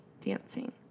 dancing